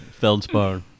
Feldspar